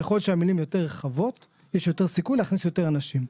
ככל שהמילים יותר רחבות יש יותר סיכוי להכניס יותר אנשים.